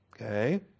Okay